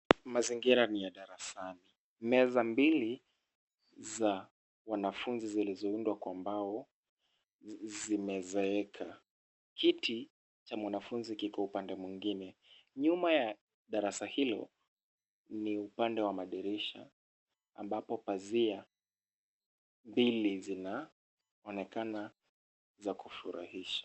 Mazingira ni ya darasani. Meza mbili za wanafunzi zilizoundwa kwa mbao zimezeeka. Kiti cha mwanafunzi kiko upande mwingine. Nyuma ya darasa hilo ni upande wa madirisha ambapo pazia mbili zinaonekana za kufurahisha.